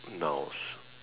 nouns